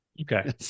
Okay